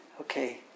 Okay